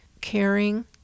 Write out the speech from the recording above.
caring